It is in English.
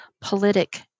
politic